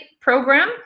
Program